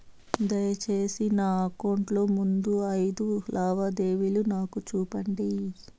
దయసేసి నా అకౌంట్ లో ముందు అయిదు లావాదేవీలు నాకు చూపండి